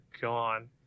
gone